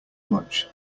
much